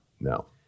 No